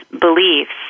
beliefs